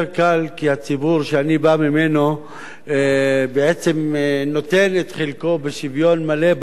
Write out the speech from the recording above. כי הציבור שאני בא ממנו בעצם נותן את חלקו בשוויון מלא בנטל,